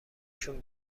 شون